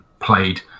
played